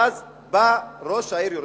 ואז בא ראש העיר ירושלים,